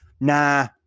nah